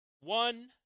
one